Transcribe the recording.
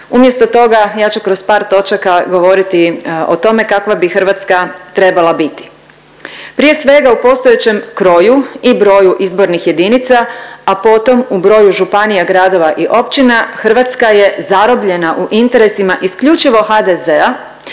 umjesto toga ja ću kroz par točaka govoriti o tome kakva bi Hrvatska trebala biti. Prije svega u postojećem kroju i broju izbornih jedinica, a potom u broju županija, gradova i općina Hrvatska je zarobljena u interesima isključivo HDZ-a,